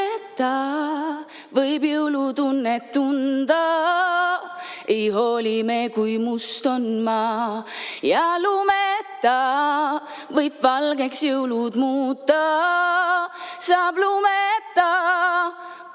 lumeta võib jõulutunnet tunda, ei hooli me, kui must on maa, ja lumeta võib valgeks jõulud muuta, saab lumeta,